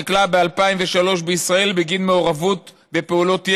שנכלא ב-2003 בישראל בגין מעורבות בפעולות ירי,